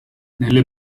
nelle